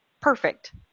perfect